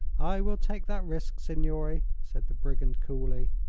i will take that risk, signore, said the brigand, coolly.